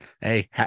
hey